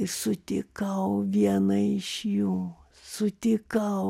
ir sutikau vieną iš jų sutikau